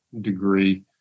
degree